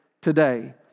today